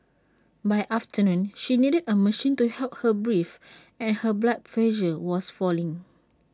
by afternoon she needed A machine to help her breathe and her blood pressure was falling